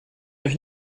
euch